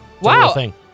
Wow